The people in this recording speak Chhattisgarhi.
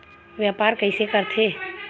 व्यापार कइसे करथे?